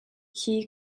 khi